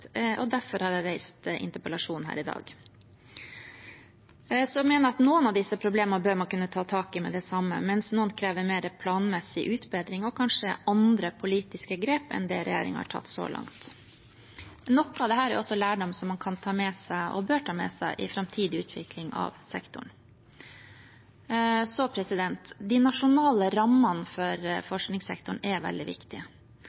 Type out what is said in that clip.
og derfor har jeg reist interpellasjonen her i dag. Noen av disse problemene mener jeg man bør kunne ta tak i med det samme, mens noen krever mer planmessig utbedring og kanskje andre politiske grep enn regjeringen har tatt så langt. Noe av dette er også lærdom man kan ta med seg og bør ta med seg i framtidig utvikling av sektoren. De nasjonale rammene for